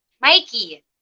Mikey